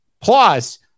Plus